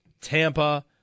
Tampa